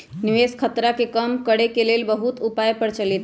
निवेश खतरा के कम करेके के लेल बहुते उपाय प्रचलित हइ